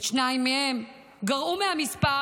את שתיים מהן גרעו מהמספר